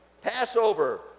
Passover